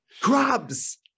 Crabs